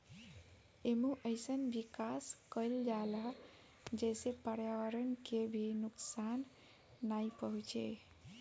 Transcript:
एमे अइसन विकास कईल जाला जेसे पर्यावरण के भी नुकसान नाइ पहुंचे